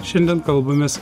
šiandien kalbamės